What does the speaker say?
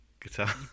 guitar